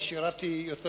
אני שירתי יותר